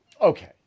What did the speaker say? Okay